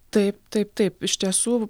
taip taip taip iš tiesų